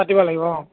পাতিব লাগিব অঁ